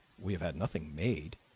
we have had nothing made.